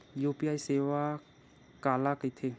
UPI सेवा काला कइथे?